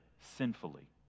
sinfully